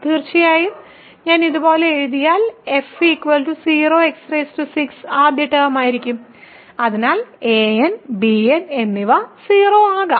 തീർച്ചയായും ഞാൻ ഇതുപോലെ എഴുതിയാൽ f 0x6 ആദ്യ ടേം ആയിരിക്കും അതിനാൽ an bn എന്നിവ 0 ആകാം